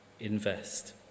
invest